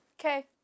Okay